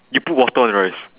you put water on the rice